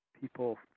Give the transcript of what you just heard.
people